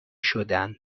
شدن